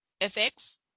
fx